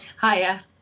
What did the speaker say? Hiya